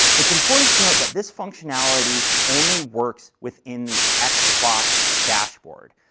it's important to note that this functionality only works within the xbox xbox dashboard.